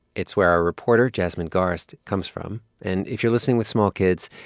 it's where our reporter jasmine garsd comes from. and if you're listening with small kids,